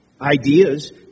ideas